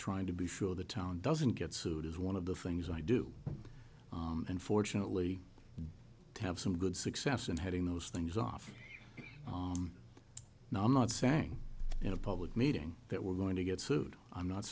trying to be sure the town doesn't get sued is one of the things i do and fortunately to have some good success and having those things off now i'm not saying in a public meeting that we're going to get sued i'm not